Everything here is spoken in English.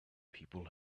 people